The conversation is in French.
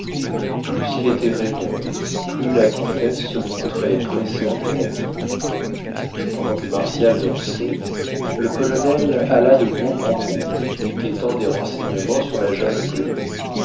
plus il était rêveur plus la comtesse se montrait pressante et taquine pendant que martial dansait le colonel alla de groupe en groupe y quêtant des renseignements sur la jeune inconnue